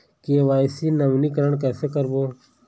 KYC नवीनीकरण कैसे करबो?